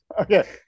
Okay